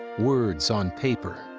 words on paper.